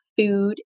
food